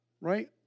right